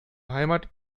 heimat